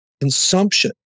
consumption